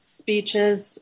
speeches